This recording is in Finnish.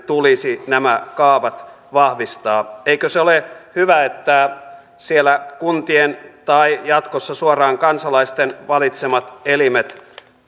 tulisi nämä kaavat vahvistaa eikö se ole hyvä että siellä kuntien tai jatkossa suoraan kansalaisten valitsemat elimet